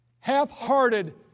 half-hearted